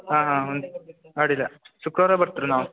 ಹಾಂ ಹಾಂ ಒಂದು ಆಡಿಲ್ಲ ಶುಕ್ರವಾರ ಬರ್ತ್ರಿ ನಾವು